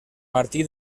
martí